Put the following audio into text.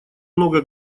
много